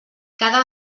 cada